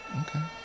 Okay